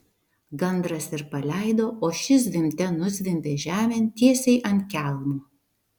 gandras ir paleido o ši zvimbte nuzvimbė žemėn tiesiai ant kelmo